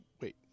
wait